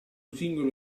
singolo